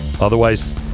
otherwise